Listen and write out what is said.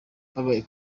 mbabaye